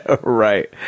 Right